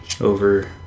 over